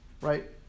right